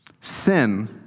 sin